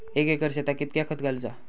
एक एकर शेताक कीतक्या खत घालूचा?